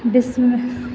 बिस्म